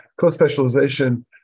Co-specialization